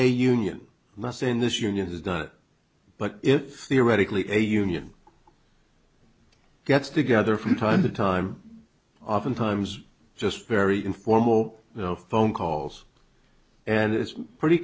a union must in this union has done but if theoretically a union gets together from time to time often times just very informal no phone calls and it's pretty